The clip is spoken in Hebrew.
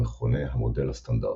המכונה המודל הסטנדרטי.